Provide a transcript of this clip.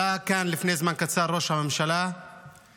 עלה כאן לפני זמן קצר ראש הממשלה והתייחס